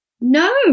no